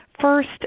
first